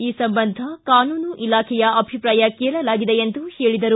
ಈ ಸಂಬಂಧ ಕಾನೂನು ಇಲಾಖೆಯ ಅಭಿಪ್ರಾಯ ಕೇಳಲಾಗಿದೆ ಎಂದು ಹೇಳಿದರು